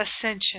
Ascension